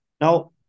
Now